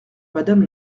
madame